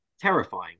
terrifying